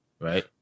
right